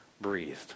breathed